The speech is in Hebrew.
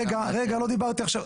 רגע, לא דיברתי עכשיו.